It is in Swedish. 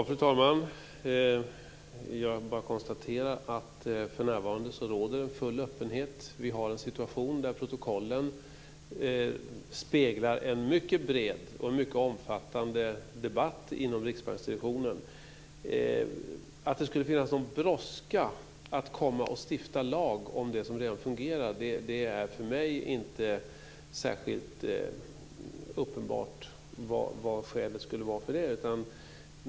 Fru talman! Jag kan bara konstatera att för närvarande råder en full öppenhet. Vi har en situation där protokollen speglar en mycket bred och mycket omfattande debatt inom riksbanksdirektionen. Att det skulle finnas någon brådska med att komma och stifta lag om det som redan fungerar är för mig inte särskilt uppenbart. Vilket skulle skälet vara för det?